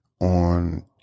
on